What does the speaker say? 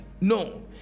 No